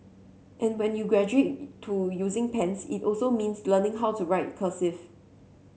and when you graduate to using pens it also means learning how to write cursive